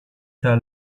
tra